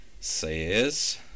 says